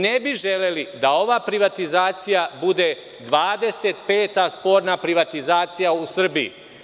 Ne bi želeli da ova privatizacija bude 25 sporna privatizacija u Srbiji.